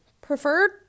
Preferred